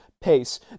pace